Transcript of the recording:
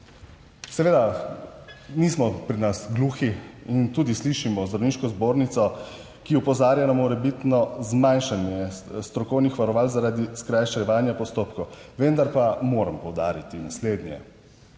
Seveda nismo pri nas gluhi in tudi slišimo Zdravniško zbornico, ki opozarja na morebitno zmanjšanje strokovnih varoval zaradi skrajševanja postopkov. Vendar pa moram poudariti naslednje,